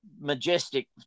majestic